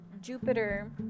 Jupiter